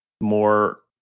more